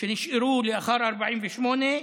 שנשארו לאחר 48'